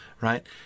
right